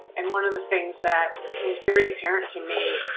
and one of the things that was very apparent to me,